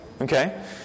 Okay